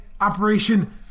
operation